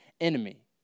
enemy